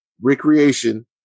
recreation